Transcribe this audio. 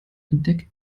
entdeckt